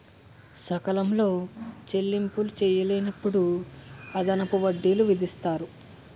సకాలంలో చెల్లింపులు చేయలేనప్పుడు అదనపు వడ్డీలు విధిస్తారు